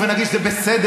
ונגיד שזה בסדר,